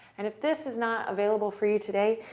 and if this is not available for you today,